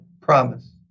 promise